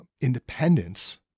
independence